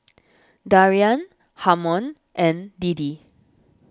Darian Harmon and Deedee